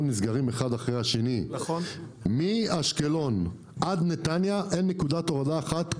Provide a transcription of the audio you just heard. נסגרים אחד אחרי השני מאשקלון עד נתניה אין נקודת הורדה אחת,